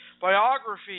biography